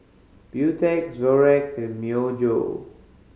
Beautex Zorex and Myojo